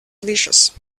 delicious